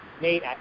Nate